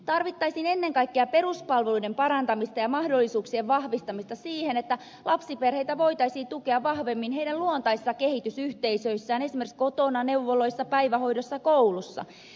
tarvittaisiin ennen kaikkea peruspalveluiden parantamista ja mahdollisuuksien vahvistamista että lapsiperheitä voitaisiin tukea vahvemmin niiden luontaisissa kehitysyhteisöissä esimerkiksi kotona neuvoloissa päivähoidossa ja koulussa